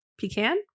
Pecan